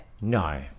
no